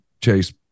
Chase